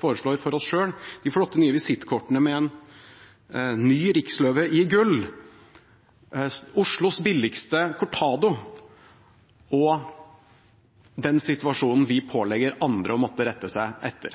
foreslår til oss selv, de flotte nye visittkortene med en ny riksløve i gull, Oslos billigste cortado og den situasjonen vi pålegger andre å måtte rette seg etter.